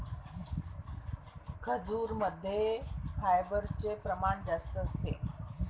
खजूरमध्ये फायबरचे प्रमाण जास्त असते